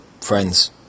friends